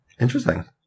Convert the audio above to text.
Interesting